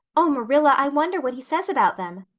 oh, marilla, i wonder what he says about them.